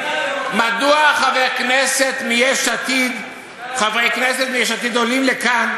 מדוע חברי הכנסת מיש עתיד עולים לכאן